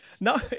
No